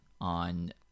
on